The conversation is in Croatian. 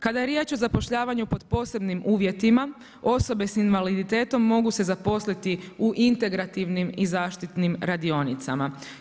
Kada je riječ o zapošljavanju pod posebnim uvjetima, osobe s invaliditetom mogu se zaposliti u integrativnim i zaštitnim radionicama.